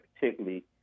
particularly